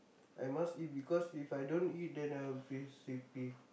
I must eat because if I don't eat then I'll feel sleepy